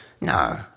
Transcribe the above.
no